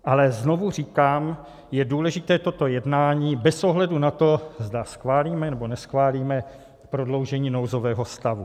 Ale znovu říkám, že je důležité toto jednání bez ohledu na to, zda schválíme, nebo neschválíme prodloužení nouzového stavu.